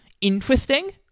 interesting